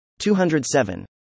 207